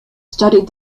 studied